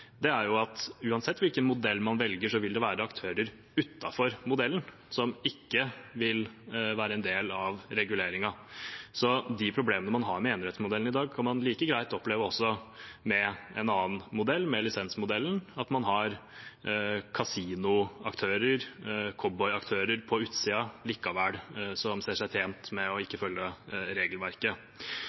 er at uansett hvilken modell man velger, vil det være aktører utenfor modellen som ikke vil være en del av reguleringen. De problemene man har med enerettsmodellen i dag, kan man like greit oppleve også med en annen modell, med lisensmodellen – at man likevel har kasinoaktører, cowboyaktører på utsiden som ser seg tjent med ikke å følge regelverket.